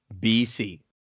BC